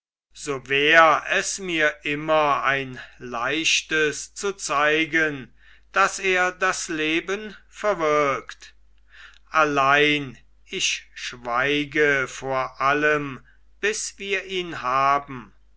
so wär es mir immer ein leichtes zu zeigen daß er das leben verwirkt allein ich schweige von allem bis wir ihn haben